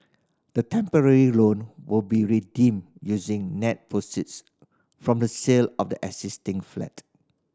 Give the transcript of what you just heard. the temporary loan will be redeemed using net proceeds from the sale of the existing flat